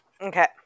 Okay